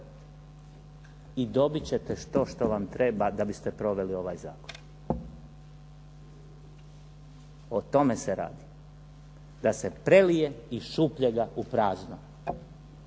I dobiti ćete to što vam treba da biste proveli ovaj zakon. O tome se radi. Da se prelije iz šupljega u prazno.